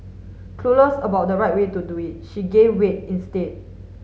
clueless about the right way to do it she gained weight instead